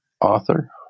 author